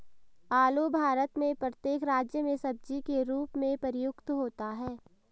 आलू भारत में प्रत्येक राज्य में सब्जी के रूप में प्रयुक्त होता है